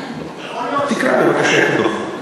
תקרא בבקשה את הדוח.